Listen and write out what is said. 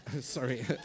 Sorry